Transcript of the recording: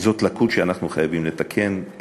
זאת לקות שאנחנו חייבים לתקן,